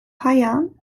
hainan